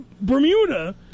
Bermuda